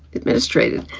administrated.